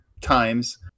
times